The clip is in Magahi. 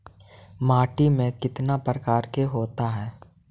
माटी में कितना प्रकार के होते हैं?